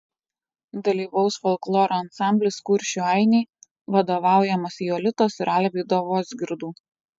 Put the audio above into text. dalyvaus folkloro ansamblis kuršių ainiai vadovaujamas jolitos ir alvydo vozgirdų